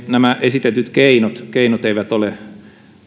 nämä esitetyt keinot keinot eivät ole